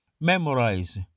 Memorize